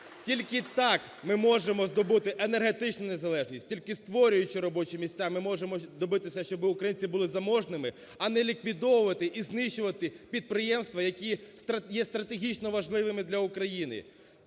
Тільки так ми можемо здобути енергетичну незалежність. Тільки створюючи робочі місця ми можемо добитися, щоб українці були заможними. А не ліквідовувати і знищувати підприємства, які є стратегічно важливими для України.